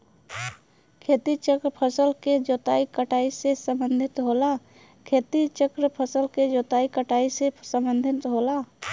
खेती चक्र फसल के जोताई कटाई से सम्बंधित होला